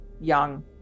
young